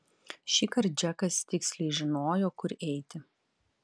šįkart džekas tiksliai žinojo kur eiti